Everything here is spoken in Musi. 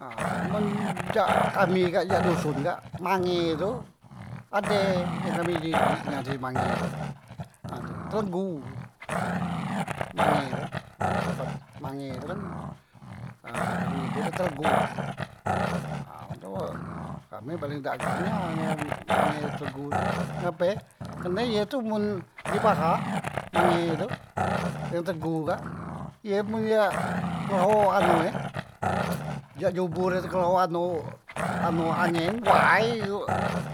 Nah men jak kami kak jak doson kak mange tu ade yang kami jijiknya dari mange tu ha tu, telegu mange tu, nah sipat mange tu kan nah kami nyebut e telegu, nah tu kami paling dak agam nia dengan mange telegu tu, ngape kerne ye tu mun dipahak mange tu ye telegu kak ye men ye kleho anu he jak jobor e tu kleho anu angin way